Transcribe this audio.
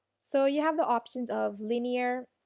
so, you have the option of linear,